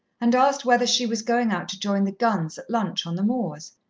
and asked whether she was going out to join the guns at lunch on the moors.